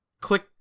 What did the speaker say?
click